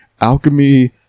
alchemy